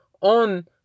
on